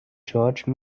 george